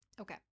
Okay